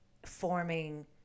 forming